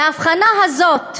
ההבחנה הזאת,